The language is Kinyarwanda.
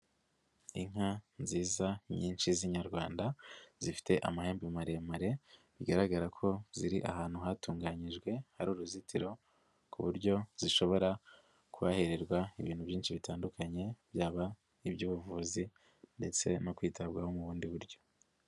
Inka nziza nyinshi z'inyarwanda, zifite amahembe maremare, bigaragara ko ziri ahantu hatunganyijwe, hari uruzitiro, ku buryo zishobora kuhahererwa ibintu byinshi bitandukanye, byaba iby'ubuvuzi ndetse no kwitabwaho mu bundi buryo.